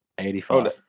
85